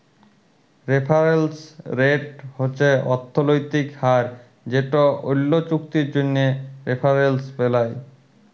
referrals rate হছে অথ্থলৈতিক হার যেট অল্য চুক্তির জ্যনহে রেফারেলস বেলায়